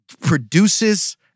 produces